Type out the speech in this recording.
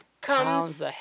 comes